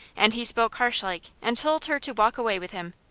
and he spoke harshlike, and told her to walk away with him.